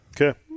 okay